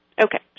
Okay